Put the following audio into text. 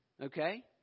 okay